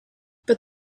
but